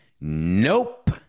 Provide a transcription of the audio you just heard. Nope